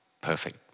perfect